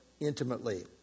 intimately